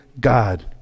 God